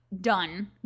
done